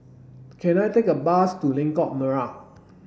can I take a bus to Lengkok Merak